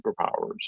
superpowers